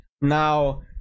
Now